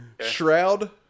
Shroud